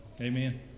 Amen